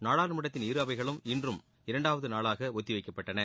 நாடாளுமன்றத்தின் இரு அவைகளும் இன்றும் இரண்டாவது நாளாக ஒத்தி வைக்கப்பட்டன